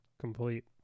complete